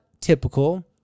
typical